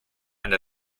and